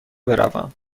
بروم